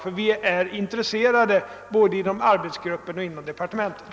Vi är verkligen intresserade härav både inom arbetsgruppen och inom departementet.